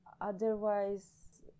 otherwise